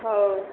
ହଉ